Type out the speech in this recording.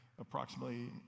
approximately